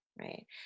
Right